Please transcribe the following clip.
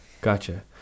gotcha